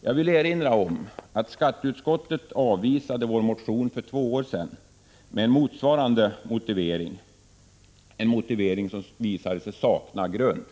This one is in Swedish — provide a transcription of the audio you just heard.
Jag vill erinra om att skatteutskottet avvisade vår motion för två år sedan med en motsvarande motivering — en motivering som visade sig sakna grund.